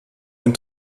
ein